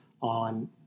on